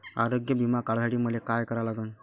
आरोग्य बिमा काढासाठी मले काय करा लागन?